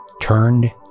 turned